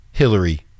Hillary